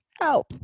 Help